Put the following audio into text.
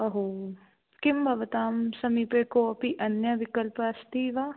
अहो किं भवतां समीपे को अपि अन्य विकल्पम् अस्ति वा